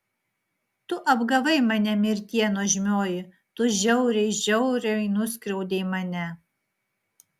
tu apgavai mane mirtie nuožmioji tu žiauriai žiauriai nuskriaudei mane